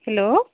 hello